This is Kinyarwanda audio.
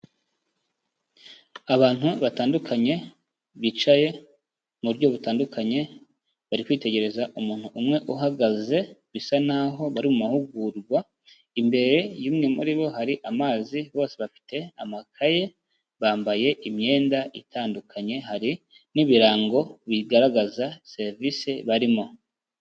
Abantu batandukanye bicaye mu buryo butandukanye, bari kwitegereza umuntu umwe uhagaze, bisa naho bari mu mahugurwa; imbere y'umwe muri bo hari amazi, bose bafite amakaye, bambaye imyenda itandukanye, hari n'ibirango bigaragaza serivisi barimo.